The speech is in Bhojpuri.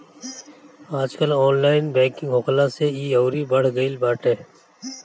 आजकल ऑनलाइन बैंकिंग होखला से इ अउरी बढ़ गईल बाटे